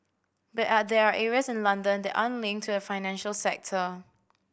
but are there areas in London that aren't linked to a financial sector